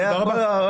תודה רבה.